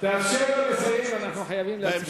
תאפשר לו לסיים, אנחנו חייבים להצביע.